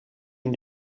een